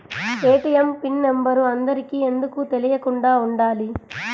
ATM pin number అందరికి ఎందుకు తెలియకుండా ఉండాలి?